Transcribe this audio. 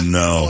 no